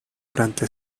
durante